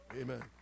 Amen